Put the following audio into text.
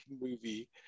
movie